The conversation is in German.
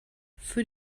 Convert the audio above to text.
für